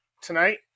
tonight